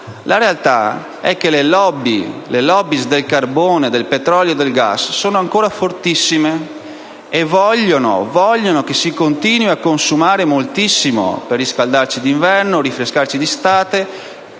la realtà è che le *lobby* del carbone, del petrolio e del gas sono ancora fortissime e vogliono che si continui a consumare moltissimo per riscaldarci d'inverno, rinfrescarci d'estate